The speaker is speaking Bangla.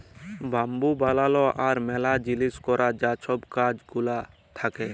বাম্বু বালালো আর ম্যালা জিলিস ক্যরার যে ছব কাজ গুলান থ্যাকে